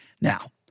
Now